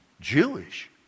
Jewish